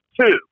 Two